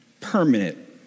permanent